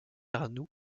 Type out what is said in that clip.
arnould